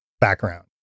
background